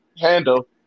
handle